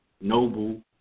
noble